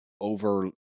over